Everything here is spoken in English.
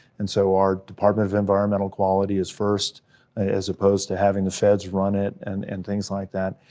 and so our department of environmental quality is first as opposed to having the feds run it, and and things like that.